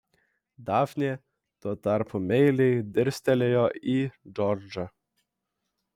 dafnė tuo tarpu meiliai dirstelėjo į džordžą